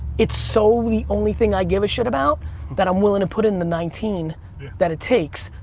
it's so the only thing i give a shit about that i'm willing to put in the nineteen that it takes.